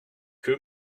que